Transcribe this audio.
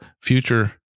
future